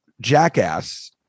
jackass